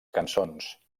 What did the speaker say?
cançons